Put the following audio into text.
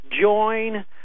join